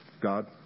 God